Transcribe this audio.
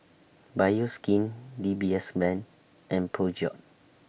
Bioskin D B S Bank and Peugeot